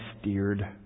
steered